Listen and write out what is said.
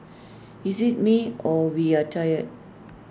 is IT me or we are tired